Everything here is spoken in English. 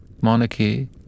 monarchy